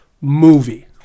movie